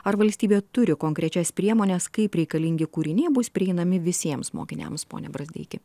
ar valstybė turi konkrečias priemones kaip reikalingi kūriniai bus prieinami visiems mokiniams pone brazdeikį